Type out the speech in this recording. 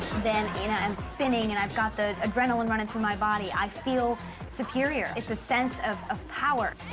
then, you know, i'm spinning and i've got the adrenaline running through my body, i feel superior. it's a sense of of power.